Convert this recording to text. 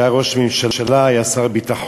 כשהיה ראש הממשלה, היה שר הביטחון.